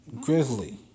Grizzly